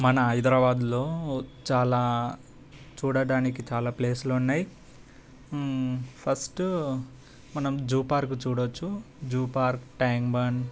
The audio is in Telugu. మన హైదరాబాద్లో చాలా చూడడానికి చాలా ప్లేస్లున్నాయి ఫస్ట్ మనం జూ పార్క్ చూడొచ్చు జూ పార్క్ ట్యాంక్ బండ్